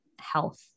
health